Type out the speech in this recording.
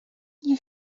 nie